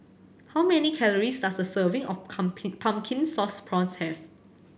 how many calories does a serving of Pumpkin Sauce Prawns have